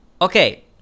Okay